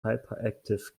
hyperactive